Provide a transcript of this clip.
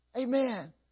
Amen